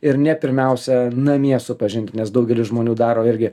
ir ne pirmiausia namie supažint nes daugelis žmonių daro irgi